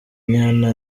inyana